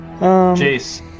Jace